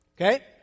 Okay